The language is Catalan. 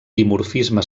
dimorfisme